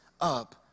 up